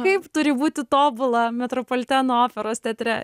kaip turi būti tobula metropoliteno operos teatre